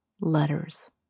letters